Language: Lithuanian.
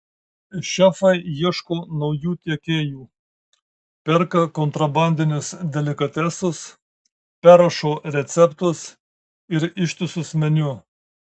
šefai ieško naujų tiekėjų perka kontrabandinius delikatesus perrašo receptus ir ištisus meniu